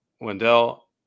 Wendell